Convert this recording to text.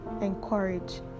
encourage